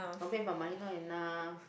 my bank but money not enough